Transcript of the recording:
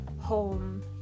home